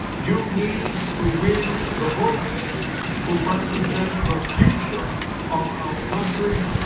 you need to win the voters who represent the future of our country,